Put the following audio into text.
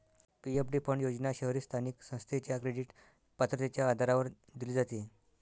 PFD fund योजना शहरी स्थानिक संस्थेच्या क्रेडिट पात्रतेच्या आधारावर दिली जाते